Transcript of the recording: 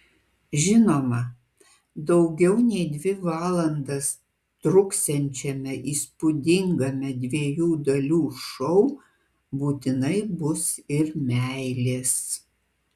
žinoma daugiau nei dvi valandas truksiančiame įspūdingame dviejų dalių šou būtinai bus ir meilės